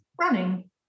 running